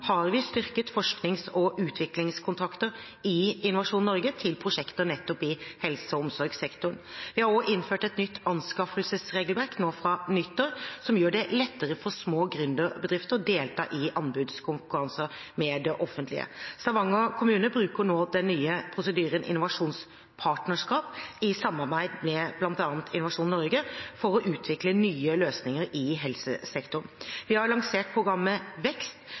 utviklingskontrakter i Innovasjon Norge til prosjekter i helse- og omsorgssektoren. Vi har også innført et nytt anskaffelsesregelverk nå fra nyttår, som gjør det lettere for små gründerbedrifter å delta i anbudskonkurranser med det offentlige. Stavanger kommune bruker nå den nye prosedyren innovasjonspartnerskap, i samarbeid med bl.a. Innovasjon Norge, for å utvikle nye løsninger i helsesektoren. Vi har lansert programmet Vekst